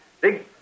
big